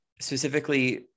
specifically